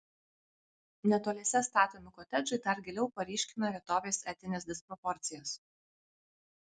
netoliese statomi kotedžai dar giliau paryškina vietovės etines disproporcijas